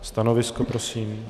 Stanovisko prosím.